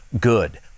good